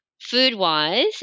food-wise